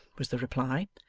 was the reply.